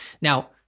now